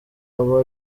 abo